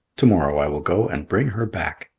to-morrow i will go and bring her back.